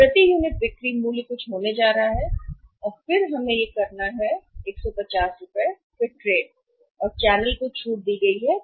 तो प्रति यूनिट बिक्री मूल्य कुछ होने जा रहा है और फिर हमें करना है यह प्रति यूनिट बिक्री मूल्य 150 ट्रेड है चैनल को छूट 15 दी गई है